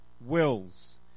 wills